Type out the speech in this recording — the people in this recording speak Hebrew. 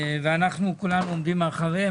ואנחנו כולנו עומדים אחריהם,